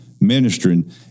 ministering